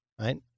right